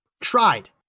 tried